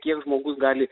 kiek žmogus gali